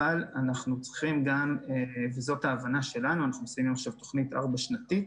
אבל ההבנה שלנו ואנחנו מכינים עכשיו תוכנית ארבע-שנתית